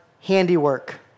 handiwork